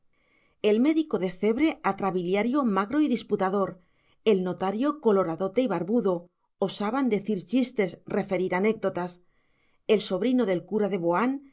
el médico de cebre atrabiliario magro y disputador el notario coloradote y barbudo osaban decir chistes referir anécdotas el sobrino del cura de boán